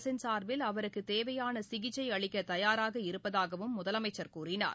அரசின் சார்பில் அவருக்குத் தேவையான சிகிச்சை அளிக்க தயாராக இருப்பதாகவும் முதலமைச்சர் கூறினார்